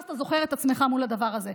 ואז אתה זוכר את עצמך מול הדבר הזה.